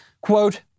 Quote